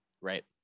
right